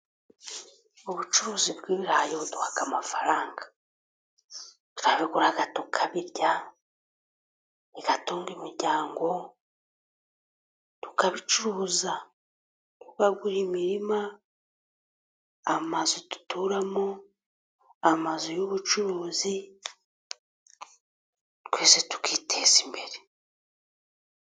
Ubucuruzi bw’ibirayi buduha amafaranga, turabigura tukabirya, bigatunga imiryango, tukabicuruza. Uragura imirima, amazu duturamo, amazu y’ubucuruzi, twese tukiteza imbere.